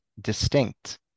distinct